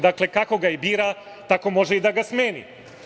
Dakle, kako ga i bira, tako može i da ga smeni.